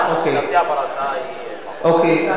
מבחינתי, הפרשה מאחורי.